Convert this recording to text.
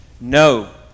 No